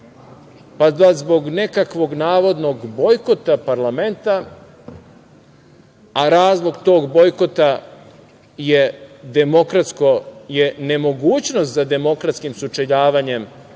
Pa da zbog nekakvog navodnog bojkota parlamenta, a razlog tog bojkota je nemogućnost za demokratskim sučeljavanjem